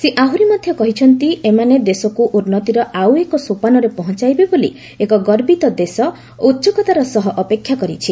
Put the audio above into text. ସେ ଆହୁରି ମଧ୍ୟ କହିଛନ୍ତି ଏମାନେ ଦେଶକୁ ଉନ୍ନତିର ଆଉ ଏକ ସୋପାନରେ ପହଞ୍ଚାଇବେ ବୋଲି ଏକ ଗର୍ବିତ ଦେଶ ଉତ୍ସୁକତାର ସହ ଅପେକ୍ଷା କରିଛି